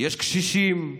יש קשישים,